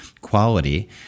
quality